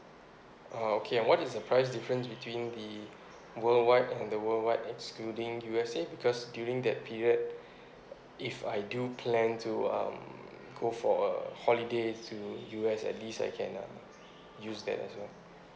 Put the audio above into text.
oh okay and what is the price difference between the worldwide and the worldwide excluding U_S_A because during that period if I do plan to um go for a holiday to U_S at least I can uh use that as well